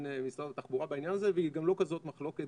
משרד התחבורה בעניין הזה והיא גם לא כזאת מחלוקת,